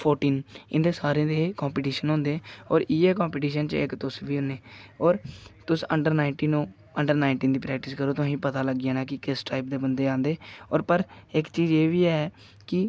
fourteen इंदे सारें दे कंपटीशन होंदे होर इ'यै कंपटीशन च इक तुस बी होने होर तुस अंडर नाइन्टीन हो तुस अंडर नाइन्टीन दी प्रैक्टिस करो तुसें ई पता लग्गी जाना कि किस टाइप दे बंदे आंदे होर पर इक चीज एह् बी ऐ कि